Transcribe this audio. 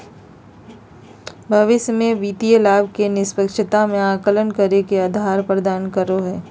भविष्य के वित्तीय लाभ के निष्पक्षता के आकलन करे ले के आधार प्रदान करो हइ?